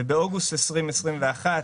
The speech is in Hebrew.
באוגוסט 2021,